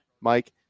Mike